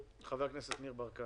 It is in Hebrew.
אני